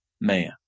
man